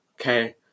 Okay